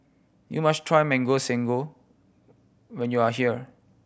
you must try Mango Sago when you are here